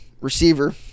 Receiver